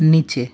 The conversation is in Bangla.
নিচে